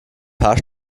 paar